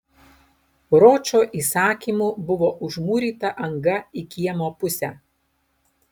ročo įsakymu buvo užmūryta anga į kiemo pusę